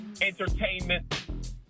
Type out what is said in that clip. entertainment